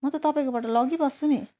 म त तपाईँकोबाट लगिबस्छु नि